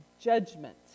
judgment